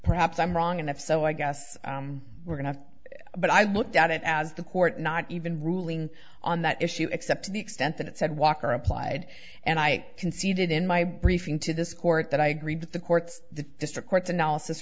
perhaps i'm wrong and if so i guess we're going to but i looked at it as the court not even ruling on that issue except to the extent that it said walker applied and i conceded in my briefing to this court that i agreed with the court's the district court's analysis